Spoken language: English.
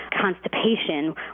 constipation